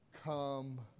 come